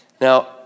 Now